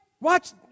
watch